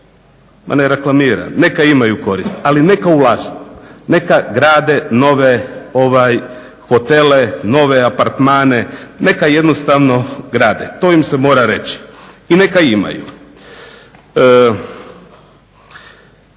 Ma ne reklamiram, neka imaju korist ali neka ulažu, neka grade nove ovaj hotele, nove apartmane neka jednostavno grade. To im se mora reći. I neka imaju.